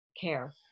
care